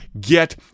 Get